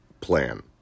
plan